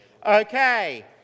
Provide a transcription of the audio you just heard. okay